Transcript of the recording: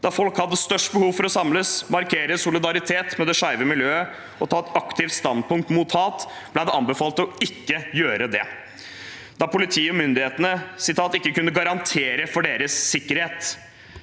Da folk hadde størst behov for å samles, markere solidaritet med det skeive miljøet og ta et aktivt standpunkt mot hat, ble det anbefalt ikke å gjøre det, da politimyndighetene «ikke kunne garantere» for deres sikkerhet.